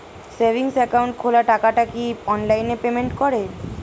Savings account খোলা টাকাটা কি অনলাইনে পেমেন্ট করে?